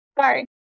Sorry